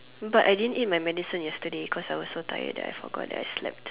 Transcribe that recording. but I didn't eat my medicine yesterday cause I was so tired that I forgot that I slept